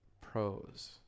Pros